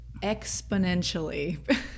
exponentially